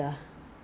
I see I see